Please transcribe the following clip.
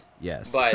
Yes